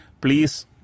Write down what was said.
Please